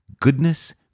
goodness